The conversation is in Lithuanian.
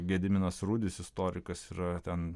gediminas rudis istorikas yra ten